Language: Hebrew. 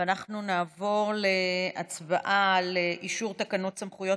ואנחנו נעבור להצבעה על אישור תקנות סמכויות